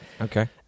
okay